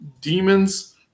demons